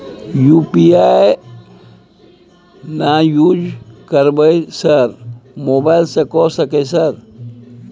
UPI ना use करवाएं sir mobile से कर सके सर?